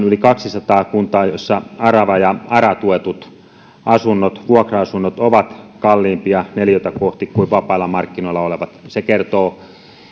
yli kaksisataa kuntaa joissa arava ja ara tuetut vuokra asunnot ovat kalliimpia neliötä kohti kuin vapailla markkinoilla olevat se kertoo